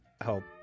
help